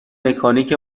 مکانیک